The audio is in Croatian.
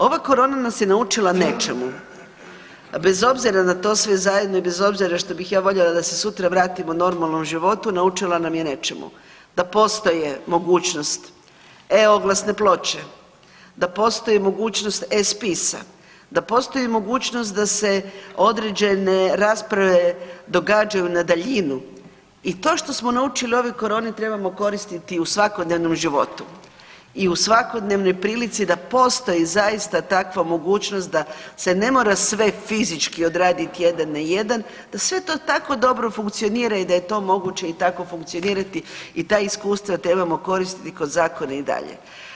Ova korona nas je naučila nečemu, a bez obzira na to sve zajedno i bez obzira što bih ja voljela da se sutra vratimo normalnom životu naučila nam je nečemu, da postoji mogućnost e-oglasne ploče, da postoji mogućnost e-spisa, da postoji mogućnost da se određene rasprave događaju na daljinu i to što smo naučili u ovoj koroni trebamo koristiti u svakodnevnom životu i u svakodnevnoj prilici da postoji zaista takva mogućnost da se ne mora sve fizički odradit jedan na jedan, da sve to tako dobro funkcionira i da je to moguće i tako funkcionirati i ta iskustva trebamo koristiti kod zakona i dalje.